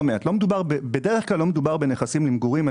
בדרך כלל לא מדובר בנכסים למגורים,